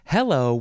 Hello